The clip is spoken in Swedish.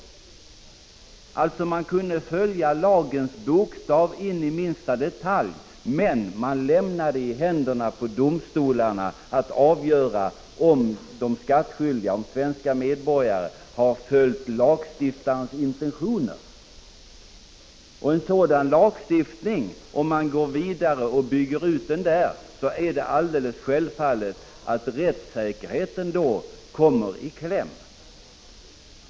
Man kunde alltså följa lagens bokstav in i minsta detalj, men man lämnade åt domstolarna att avgöra om de skattskyldiga hade följt lagstiftarens intentioner. En sådan lagstiftning, om den byggs ut, innebär alldeles självklart att rättssäkerheten kommer i kläm.